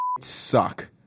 suck